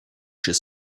she